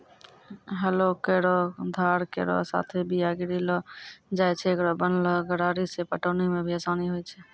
हलो केरो धार केरो साथें बीया गिरैलो जाय छै, एकरो बनलो गरारी सें पटौनी म भी आसानी होय छै?